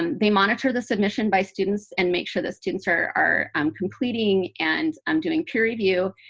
um they monitor the submission by students and make sure the students are are um completing and um doing peer review.